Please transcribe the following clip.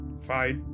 fight